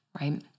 right